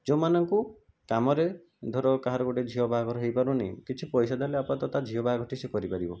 ଯେଉଁମାନଙ୍କୁ କାମରେ ଧର କାହାର ଗୋଟେ ଝିଅ ବାହାଘର ହୋଇପାରୁନି କିଛି ପଇସା ଦେଲେ ଆପାତ ତା' ଝିଅ ବାହାଘରଟି ସିଏ କରିପାରିବ